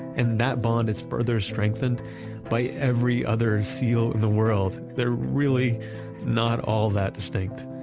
and that bond is further strengthened by every other seal in the world. they're really not all that distinct.